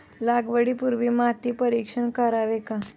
लागवडी पूर्वी माती परीक्षण करावे का?